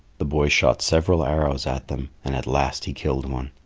the boy shot several arrows at them, and at last he killed one.